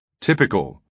typical